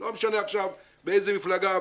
לא משנה עכשיו באיזו מפלגה,